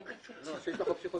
דרך.